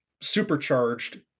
supercharged